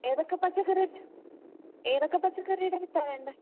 ഏതൊക്കെ പച്ചക്കറി ഏതൊക്കെ പച്ചക്കറീടെ വിത്താണ് വേണ്ടത്